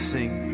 Sing